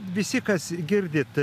visi kas girdit